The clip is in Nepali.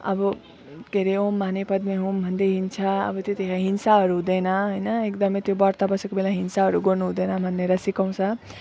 अब के अरे ओम् मणि पद्मे ओम् भन्दै हिँड्छ अब त्यतिखेर हिंसाहरू हुँदैन होइन एकदम त्यो व्रत बसेको बेलामा हिंसाहरू गर्नु हुँदैन भनेर सिकाउँछ